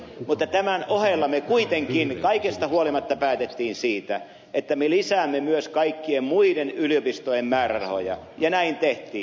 mutta tämän ohella me kuitenkin kaikesta huolimatta päätimme siitä että me lisäämme myös kaikkien muiden yliopistojen määrärahoja ja näin tehtiin